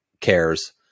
cares